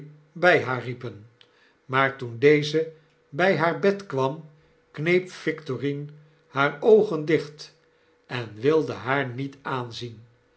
by haar riepen maar toen deze by haar bed kwam kneep victorine hare oogen dicht en wilde haar niet aanzien